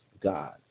God